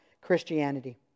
Christianity